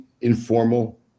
informal